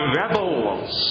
rebels